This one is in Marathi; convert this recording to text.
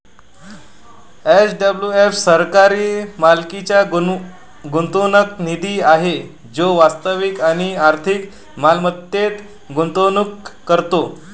एस.डब्लू.एफ सरकारी मालकीचा गुंतवणूक निधी आहे जो वास्तविक आणि आर्थिक मालमत्तेत गुंतवणूक करतो